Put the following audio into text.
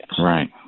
right